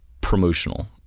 promotional